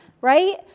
right